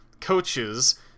coaches